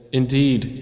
indeed